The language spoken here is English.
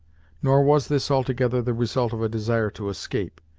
nor was this altogether the result of a desire to escape,